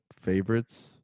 favorites